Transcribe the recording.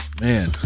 Man